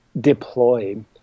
deploy